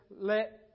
let